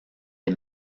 les